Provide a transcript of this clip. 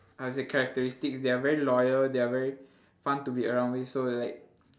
how to say characteristics they are very loyal they are very fun to be around with so like